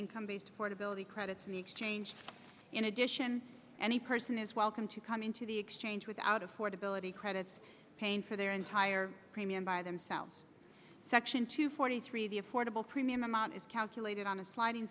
income based for debility credits in the exchange in addition any person is welcome to come into the exchange without affordability credits paying for their entire premium by themselves section two forty three the affordable premium amount is calculated on a sliding